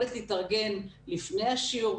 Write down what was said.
היכולת להתארגן לפני השיעור,